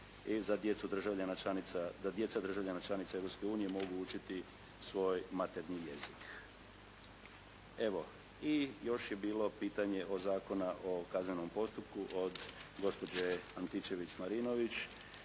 i da djeca državljana članica Europske unije mogu učiti svoj materinji jezik. Evo i još je bilo pitanje Zakona o kaznenom postupku od gospođe Antičević-Marinović.